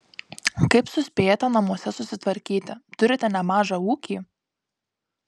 kaip suspėjate namuose susitvarkyti turite nemažą ūkį